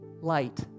light